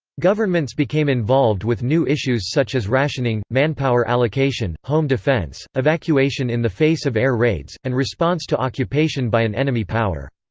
governments became involved with new issues such as rationing, manpower allocation, home defense, evacuation in the face of air raids, and response to occupation by an enemy power.